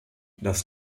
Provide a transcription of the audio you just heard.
das